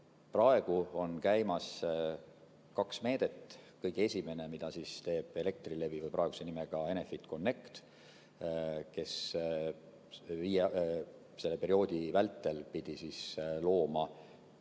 Praegu on käimas kaks meedet. Esimene, mida teeb Elektrilevi või praeguse nimega Enefit Connect, kes selle perioodi vältel pidi looma,